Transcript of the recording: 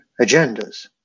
agendas